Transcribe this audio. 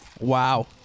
Wow